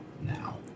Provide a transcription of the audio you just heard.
now